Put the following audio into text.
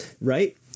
right